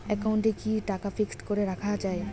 একাউন্টে কি টাকা ফিক্সড করে রাখা যায়?